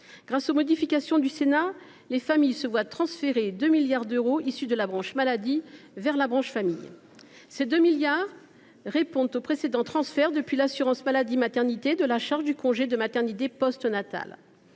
Grâce aux modifications du Sénat, elle se voit transférer 2 milliards d’euros issus de la branche maladie. Ce montant répond au précédent transfert, depuis l’assurance maladie maternité, de la charge du congé de maternité postnatal.